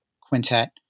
quintet